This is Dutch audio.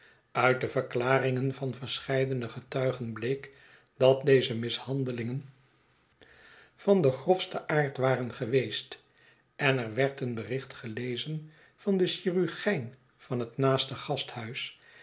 uit de verklaringen van verscheidene getuigen bleek dat deze mishandelingen van den grofsten aard waren geweest en er werd een bericht gelezen van den chirurgijn vanhetnaaste gasthuis